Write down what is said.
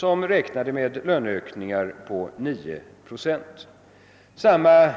Där räknar man med löneökningar på 9 procent. Samma